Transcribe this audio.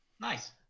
Nice